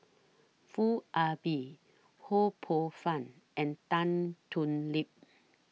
Foo Ah Bee Ho Poh Fun and Tan Thoon Lip